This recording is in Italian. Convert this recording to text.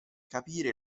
capire